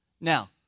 Now